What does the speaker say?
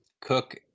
Cook